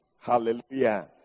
Hallelujah